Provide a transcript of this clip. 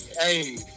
hey